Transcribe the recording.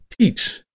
teach